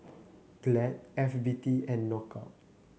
Glad F B T and Knockout